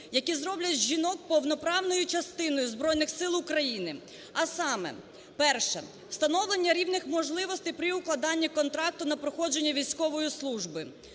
які зроблять жінок повноправною частиною Збройних Сил України. А саме: перше - встановлення рівних можливостей при укладенні контракту на проходження військової служби; друге